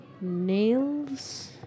Nails